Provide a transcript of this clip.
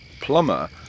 plumber